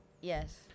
Yes